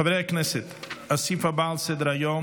חברי הכנסת, הסעיף הבא על סדר-היום,